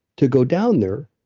to go down there,